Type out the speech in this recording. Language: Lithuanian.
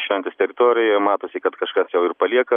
šventės teritorijoj matosi kad kažkas jau ir palieka